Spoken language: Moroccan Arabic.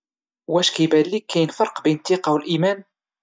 واش كايبان لك كاين فرق بين الثقة والايمان؟